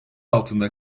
altında